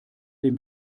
dem